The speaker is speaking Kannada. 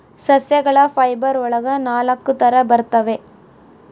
ಸಸ್ಯಗಳ ಫೈಬರ್ ಒಳಗ ನಾಲಕ್ಕು ತರ ಬರ್ತವೆ